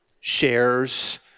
shares